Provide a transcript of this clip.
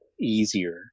easier